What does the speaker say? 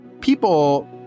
People